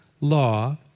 law